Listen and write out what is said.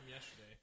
yesterday